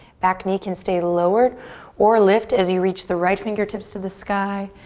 back knee can stay lowered or lift as you reach the right fingertips to the sky.